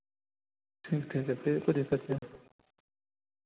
ठीक ठीक ऐसे भी खरीद सकते हैं